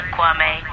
Kwame